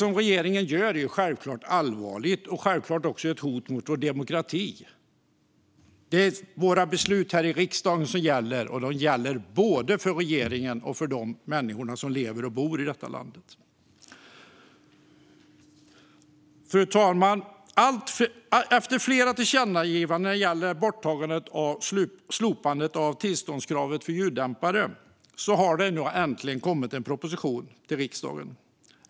Det regeringen gör är självklart allvarligt och självklart också ett hot mot vår demokrati. Det är våra beslut här i riksdagen som gäller, och de gäller både för regeringen och för de människor som lever och bor i detta land. Fru talman! Efter flera tillkännagivanden om slopande av tillståndskravet för ljuddämpare har nu en proposition äntligen kommit till riksdagen.